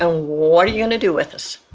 ah what are you going to do with us?